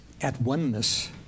at-oneness